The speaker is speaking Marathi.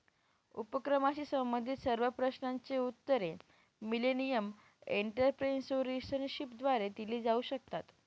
उपक्रमाशी संबंधित सर्व प्रश्नांची उत्तरे मिलेनियम एंटरप्रेन्योरशिपद्वारे दिली जाऊ शकतात